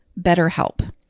BetterHelp